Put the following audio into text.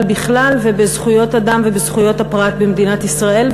בכלל ובזכויות אדם ובזכויות הפרט במדינת ישראל,